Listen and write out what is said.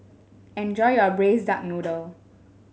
enjoy your Braised Duck Noodle